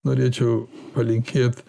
norėčiau palinkėt